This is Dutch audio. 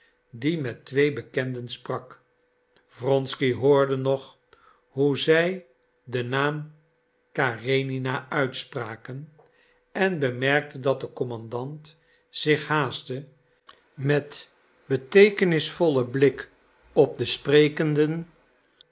die met twee bekenden sprak wronsky hoorde nog hoe zij den naam karenina uitspraken en bemerkte dat de commandant zich haastte met beteekenisvollen blik op de sprekenden